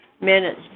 Minutes